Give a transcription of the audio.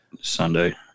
Sunday